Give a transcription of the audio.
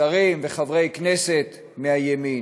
שרים וחברי הכנסת מהימין?